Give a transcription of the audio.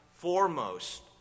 Foremost